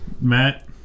Matt